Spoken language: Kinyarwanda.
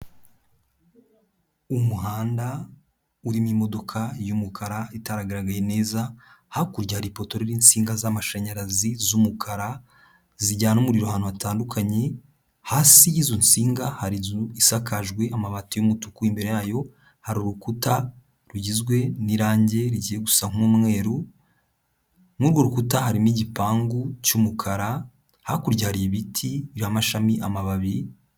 Umuhanda urimo imodoka y'umukara itaragaragaye neza, hakurya hari ipoto ririho insinga z'amashanyarazi z'umukara zijyana umuriro ahantu hatandukanye, hasi y'izo nsinga hari inzu isakajwe amabati y'umutuku, imbere yayo hari urukuta rugizwe n'irange rigiye gusa nk'umweru, muri urwo rukuta harimo igipangu cy'umukara, hakurya hari ibiti biriho amashami, amababi.